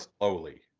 slowly